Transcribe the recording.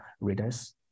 readers